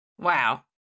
Wow